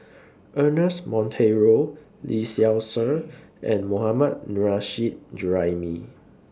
Ernest Monteiro Lee Seow Ser and Mohammad Nurrasyid Juraimi